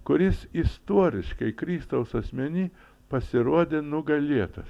kuris istoriškai kristaus asmenį pasirodė nugalėtas